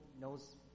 knows